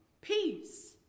peace